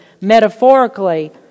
metaphorically